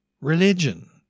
Religion